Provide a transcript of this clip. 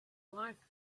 life